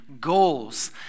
goals